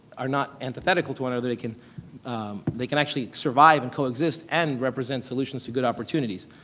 are not apathetical to one another. they can they can actually survive, and coexist and represent solutions to good opportunities.